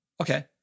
Okay